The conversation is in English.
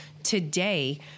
today